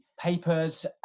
papers